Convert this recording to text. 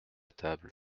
table